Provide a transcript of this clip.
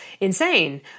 insane